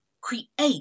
create